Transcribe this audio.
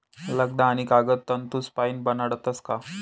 लगदा आणि कागद तंतूसपाईन बनाडतस का